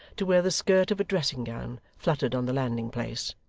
to where the skirt of a dressing-gown fluttered on the landing-place.